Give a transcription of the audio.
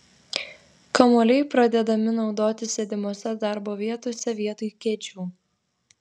kamuoliai pradedami naudoti sėdimose darbo vietose vietoj kėdžių